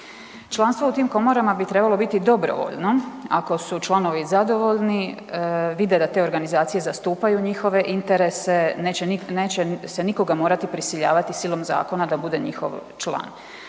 Članstvo u tim komorama bi trebalo biti dobrovoljno, ako su članovi zadovoljni, vide da te organizacije zastupaju njihove interese, neće se nikoga morati prisiljavati silom zakona da bude njihov član.